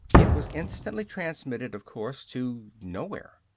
it was instantly transmitted, of course. to nowhere.